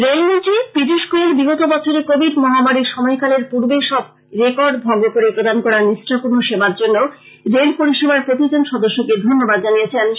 রেলমন্ত্রী পীযুষ গোয়েল বিগত বছরে কোবিড মহামারীর সময়কালের পূর্বের সব রেকর্ড ভংগ করে প্রদান করা নিষ্ঠাপূর্ন সেবার জন্য রেল পরিষেবার প্রতিজন সদস্যকে ধন্যবাদ জানিয়েচেন